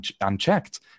unchecked